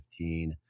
2015